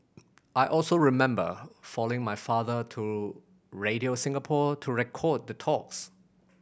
I also remember following my father to Radio Singapore to record the talks